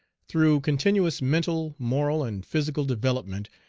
through continuous mental, moral, and physical development,